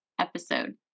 episode